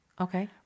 okay